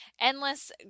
endless